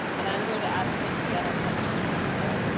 and i'm here to advocate to get our children into school.